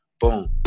Boom